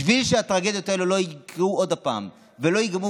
בשביל שהטרגדיות הללו לא יקרו עוד פעם ולא ייגמרו